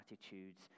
attitudes